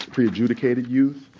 pre-adjudicated youth.